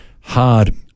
hard